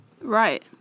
Right